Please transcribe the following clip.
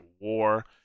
war